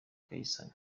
caysan